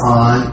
on